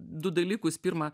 du dalykus pirma